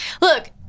Look